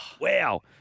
wow